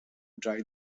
dry